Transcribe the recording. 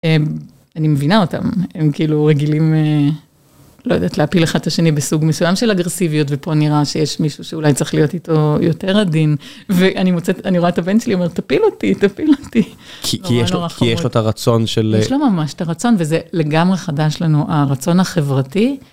אני מבינה אותם, הם כאילו רגילים, לא יודעת, להפיל אחד את השני בסוג מסוים של אגרסיביות, ופה נראה שיש מישהו שאולי צריך להיות איתו יותר עדין. ואני רואה את הבן שלי, הוא אומר, תפיל אותי, תפיל אותי. כי יש לו את הרצון של... יש לו ממש את הרצון, וזה לגמרי חדש לנו, הרצון החברתי.